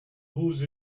whose